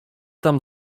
tam